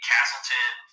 Castleton